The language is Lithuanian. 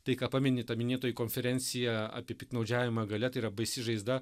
tai ką pameni ta minėtoji konferencija apie piktnaudžiavimą galia tai yra baisi žaizda